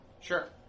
Sure